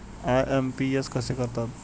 IMPS कसे करतात?